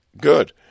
good